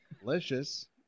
Delicious